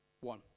one